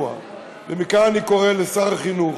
מכאן אני קורא לשר החינוך: